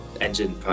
Engine